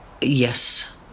yes